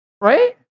right